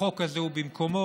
החוק הזה הוא במקומו.